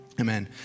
Amen